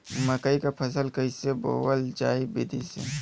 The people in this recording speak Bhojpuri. मकई क फसल कईसे बोवल जाई विधि से?